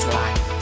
life